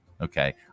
okay